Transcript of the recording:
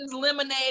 lemonade